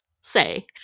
say